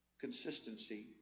Consistency